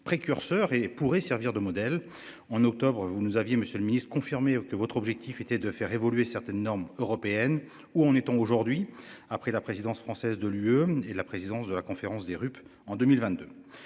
précurseur et pourrait servir de modèle en octobre. Vous nous aviez Monsieur le Ministre confirmez que votre objectif était de faire évoluer certaines normes européennes, où en est-on aujourd'hui. Après la présidence française de l'UE et la présidence de la conférence des RUP en 2022.